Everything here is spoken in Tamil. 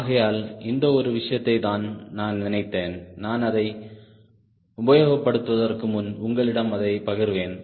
ஆகையால் இந்த ஒரு விஷயத்தை தான் நான் நினைத்தேன் நான் அதை உபயோகப்படுத்துவதற்கு முன் உங்களிடம் அதை பகிர்வேன்